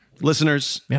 Listeners